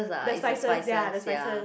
the spices ya the spices